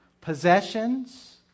possessions